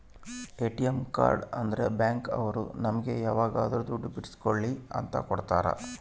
ATM card ಅಂದ್ರ bank ಅವ್ರು ನಮ್ಗೆ ಯಾವಾಗದ್ರು ದುಡ್ಡು ಬಿಡ್ಸ್ಕೊಳಿ ಅಂತ ಕೊಡ್ತಾರ